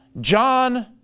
John